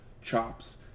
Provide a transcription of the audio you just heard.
chops